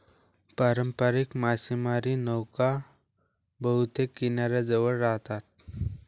पारंपारिक मासेमारी नौका बहुतेक किनाऱ्याजवळ राहतात